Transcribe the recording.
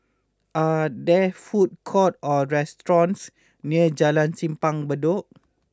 are there food courts or restaurants near Jalan Simpang Bedok